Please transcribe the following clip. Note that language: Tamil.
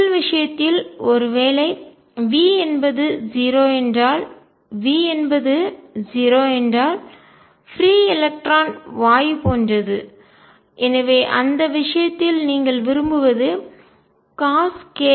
முதல் விஷயத்தில் ஒருவேளை V என்பது 0 என்றால் V என்பது 0 என்றால் பிரீ எலக்ட்ரான் வாயு போன்றது எனவே அந்த விஷயத்தில் நீங்கள் விரும்புவது CoskaCosαa